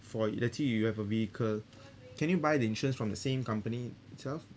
for let's say you have a vehicle can you buy the insurance from the same company itself